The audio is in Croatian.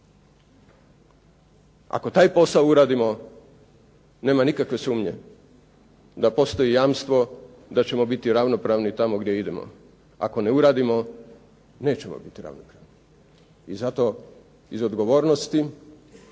Ako taj posao uradimo nema nikakve sumnje da postoji jamstvo da ćemo biti ravnopravni tamo gdje idemo. Ako ne uradimo, nećemo biti ravnopravni. I zato, iz odgovornosti,